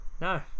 No